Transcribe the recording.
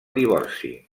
divorci